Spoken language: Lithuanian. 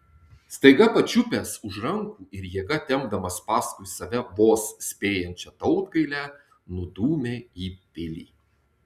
staiga pačiupęs už rankų ir jėga tempdamas paskui save vos spėjančią tautgailę nudūmė į pilį